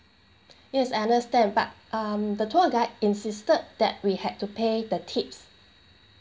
yes I understand but um tour guide insisted that we had to pay the tips